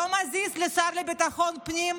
זה לא מזיז לשר לביטחון פנים.